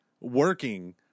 working